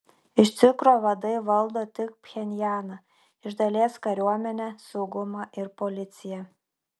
iš tikro vadai valdo tik pchenjaną iš dalies kariuomenę saugumą ir policiją